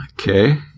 Okay